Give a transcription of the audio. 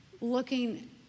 Looking